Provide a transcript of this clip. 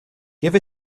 give